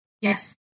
Yes